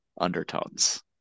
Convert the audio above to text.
undertones